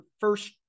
first